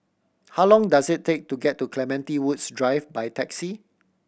how long does it take to get to Clementi Woods Drive by taxi